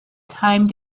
time